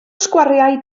sgwariau